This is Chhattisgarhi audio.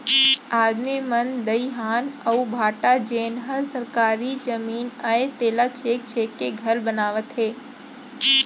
आदमी मन दइहान अउ भाठा जेन हर सरकारी जमीन अय तेला छेंक छेंक के घर बनावत हें